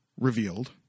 revealed